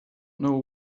know